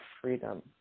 freedom